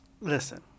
Listen